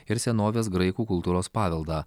ir senovės graikų kultūros paveldą